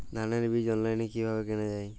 ধানের বীজ অনলাইনে কিভাবে কেনা যায়?